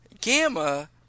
Gamma